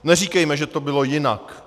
Neříkejme, že to bylo jinak.